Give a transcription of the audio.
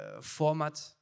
format